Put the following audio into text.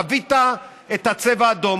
חווית צבע אדום.